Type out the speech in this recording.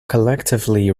collectively